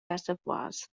reservoirs